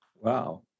Wow